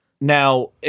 Now